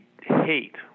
hate